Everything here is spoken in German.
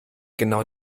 genau